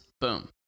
Boom